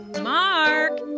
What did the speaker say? Mark